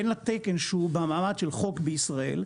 בין התקן שהוא במעמד של חוק בישראל,